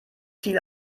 viel